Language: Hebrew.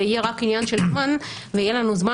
זה יהיה רק עניין של זמן ויהיה לנו זמן